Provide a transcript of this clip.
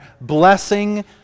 blessing